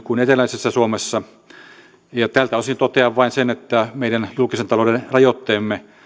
kuin eteläisessä suomessa tältä osin totean vain sen että meidän julkisen talouden rajoitteemme